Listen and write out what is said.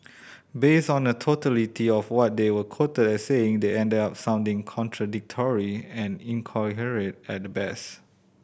based on the totality of what they were quoted as saying they ended up sounding contradictory and incoherent at the best